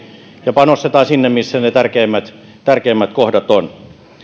ja panostetaan sinne missä ne tärkeimmät tärkeimmät kohdat ovat